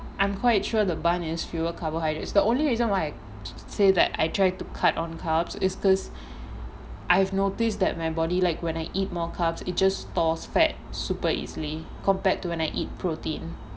I'm quite sure the buns is fewer carbohydrates the only reason why I say that I try to cut on carbohydrates is because I have noticed that my body like when I eat more carbohydrates it just stores fat super easily compared to when I eat protein